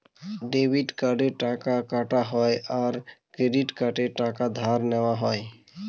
debit কার্ডে টাকা কাটা হয় আর ক্রেডিট কার্ডে টাকা ধার নেওয়া হয়